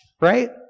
right